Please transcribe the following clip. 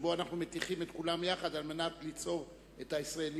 שבו אנחנו מתיכים את כולם יחד על מנת ליצור את הישראליות.